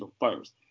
first